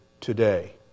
today